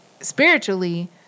spiritually